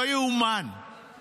לא ייאמן -- עבירה של פשעי מלחמה.